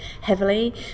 heavily